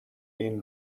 این